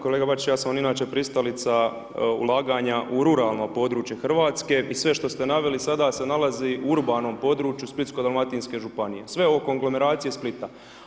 Kolega Bačić, ja sam vam inače pristalica ulaganja u ruralno područje Hrvatske i sve što ste naveli sada se nalazi u urbanom području Splitsko-dalmatinske županije, sve konglomeracije Splita.